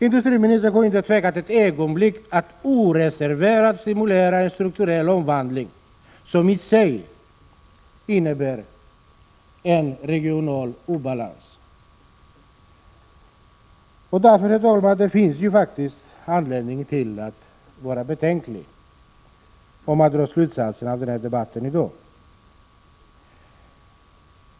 Industriministern har inte tvekat ett ögonblick att oreserverat stimulera en strukturell omvandling som i sig innebär en regional obalans. Därför finns det anledning att vara betänksam inför att dra slutsatser av debatten i dag.